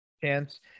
Chance